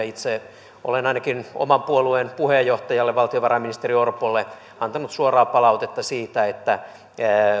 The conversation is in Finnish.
itse olen ainakin oman puolueen puheenjohtajalle valtiovarainministeri orpolle antanut suoraa palautetta siitä että